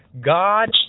God